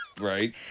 Right